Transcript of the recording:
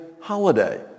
holiday